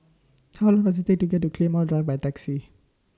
How Long Does IT Take to get to Claymore Drive By Taxi